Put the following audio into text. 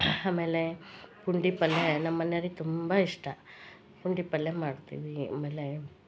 ಅಮೇಲೆ ಪುಂಡಿ ಪಲ್ಲೆ ನಮ್ಮ ಮನೆವ್ರಿ ತುಂಬ ಇಷ್ಟ ಪುಂಡಿ ಪಲ್ಲೆ ಮಾಡ್ತೀವಿ ಮಾಡ್ತೀವಿ ಅಮೇಲೆ